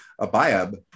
Abayab